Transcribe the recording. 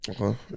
Okay